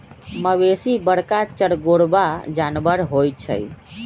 मवेशी बरका चरगोरबा जानबर होइ छइ